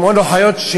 שמעון אוחיון,